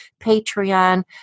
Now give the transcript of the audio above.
Patreon